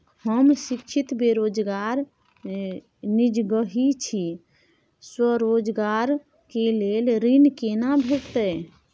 हम शिक्षित बेरोजगार निजगही छी, स्वरोजगार के लेल ऋण केना भेटतै?